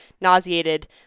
nauseated